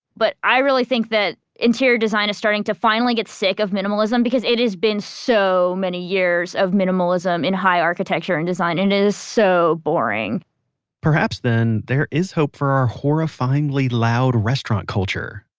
but i really think that interior design is starting to finally get sick of minimalism because it has been so many years of minimalism in high architecture and design, and it is so boring perhaps, then, there is hope for our horrifyingly loud restaurant culture.